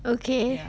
okay